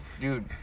Dude